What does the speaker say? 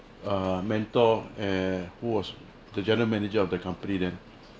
err mentor err who was the general manager of the company then